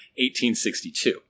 1862